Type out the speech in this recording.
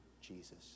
Jesus